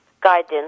guidance